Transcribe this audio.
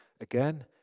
again